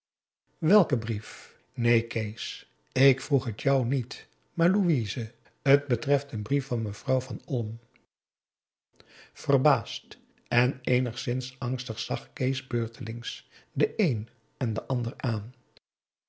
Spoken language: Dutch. welken brief neen kees ik vroeg het jou niet maar louise t betreft een brief van mevrouw van olm verbaasd en eenigszins angstig zag kees beurtelings de een en de andere aan